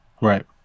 Right